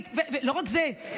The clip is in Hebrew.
ולא רק זה,